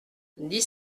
dix